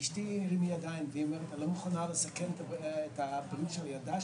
אשתי הרימה ידיים והיא אומרת אני לא מוכנה לסכן את הבריאות של הילדה